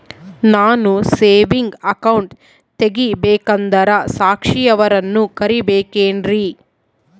ನಾನು saving account ತೆಗಿಬೇಕಂದರ ಸಾಕ್ಷಿಯವರನ್ನು ಕರಿಬೇಕಿನ್ರಿ?